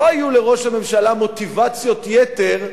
לא היו לראש הממשלה מוטיבציות יתר,